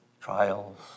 trials